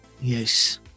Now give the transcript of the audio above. Yes